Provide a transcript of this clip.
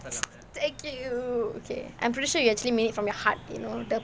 thank you I'm pretty sure you actually mean it from your heart you know the